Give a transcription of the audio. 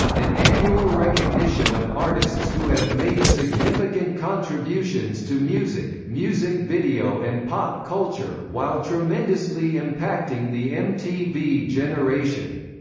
an annual recognition of artists who have made significant contributions to music, music video and pop culture while tremendously impacting the mtv generation.